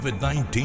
COVID-19